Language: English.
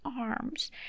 arms